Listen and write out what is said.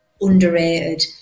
underrated